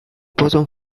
bottom